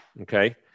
Okay